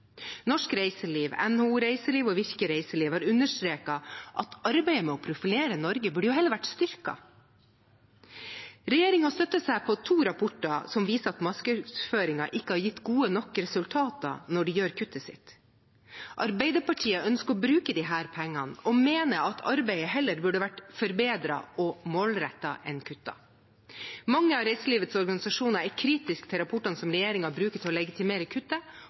Norsk Reiseliv, NHO Reiseliv og Virke reiseliv har understreket at arbeidet med å profilere Norge heller burde vært styrket. Regjeringen støtter seg på to rapporter som viser at markedsføringen ikke har gitt gode nok resultater når de gjør kuttet sitt. Arbeiderpartiet ønsker å bruke disse pengene og mener at arbeidet heller burde vært forbedret og målrettet enn kuttet. Mange av reiselivets organisasjoner er kritiske til rapportene som regjeringen bruker til å legitimere kuttet,